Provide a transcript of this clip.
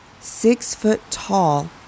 six-foot-tall